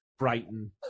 Brighton